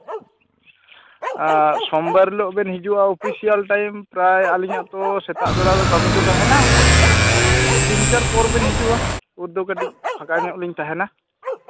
ᱟᱨ ᱥᱳᱢ ᱵᱟᱨ ᱦᱤᱞᱳᱜᱼᱟ ᱚᱯᱤᱥᱤᱭᱟᱞ ᱴᱟᱭᱤᱢ ᱯᱨᱟᱭ ᱟᱹᱞᱤᱧᱟᱜ ᱛᱚ ᱥᱮᱛᱟᱜ ᱵᱮᱲᱟ ᱫᱚ ᱠᱟᱹᱢᱤ ᱠᱚ ᱛᱟᱦᱮᱱᱟ ᱛᱤᱱᱴᱟᱨ ᱯᱚᱨ ᱵᱮᱱ ᱦᱤᱡᱩᱜᱼᱟ ᱩᱱ ᱫᱚ ᱠᱟᱹᱴᱤᱡ ᱯᱷᱟᱸᱠᱟ ᱧᱚᱜ ᱞᱤᱧ ᱛᱟᱦᱮᱱᱟ